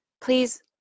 Please